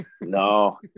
No